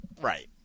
Right